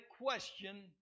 question